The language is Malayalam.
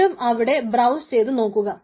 വീണ്ടും ഇവിടെ ബ്രൌസ് ചെയ്തു നോക്കുക